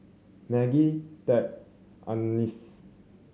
Maggie Tab Agness